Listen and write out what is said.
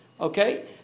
Okay